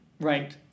Right